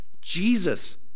Jesus